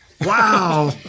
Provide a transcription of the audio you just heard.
Wow